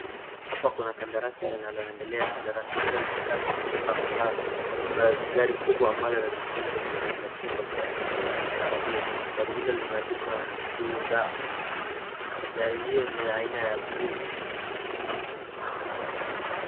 Hapa kuna kandarasi linaloendelea, karandasi hilo linakaa la kuchimba mtaro. Kuna gari kubwa ambalo linachimba mtaro huo, gari hilo limeandikwa HYUNDAI na gari hiyo ni aina ya buluu